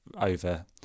over